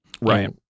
Right